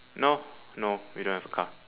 no no we don't have a car